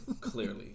Clearly